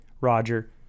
Roger